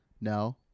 No